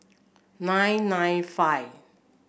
nine nine five